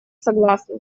согласны